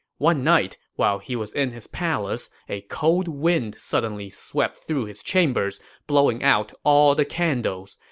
one night, while he was in his palace, a cold wind suddenly swept through his chambers, blowing out all the candles.